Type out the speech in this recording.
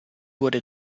wurde